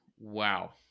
wow